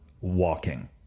walking